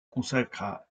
consacra